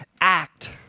act